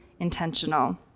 intentional